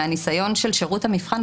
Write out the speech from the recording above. מהניסיון של שירות המבחן,